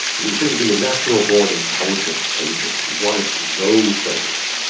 he seemed to be a natural-born intelligence agent. he wanted to know things,